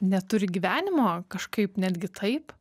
neturi gyvenimo kažkaip netgi taip